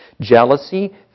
jealousy